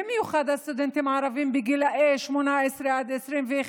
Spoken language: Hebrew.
במיוחד הסטודנטים הערבים בגילאי 18 עד 21,